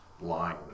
line